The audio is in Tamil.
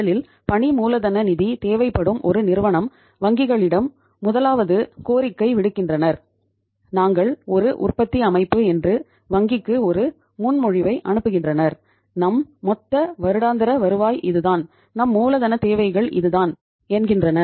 முதலில் பணி மூலதன நிதி தேவைப்படும் ஒரு நிறுவனம் வங்கிகளிடம் முதலாவது கோரிக்கை விடுகின்றனர் நாங்கள் ஒரு உற்பத்தி அமைப்பு என்று வங்கிக்கு ஒரு முன்மொழிவை அனுப்புகின்றனர் நம் மொத்த வருடாந்திர வருவாய் இது தான் நம் மூலதன தேவைகள் இது தான் என்கின்றனர்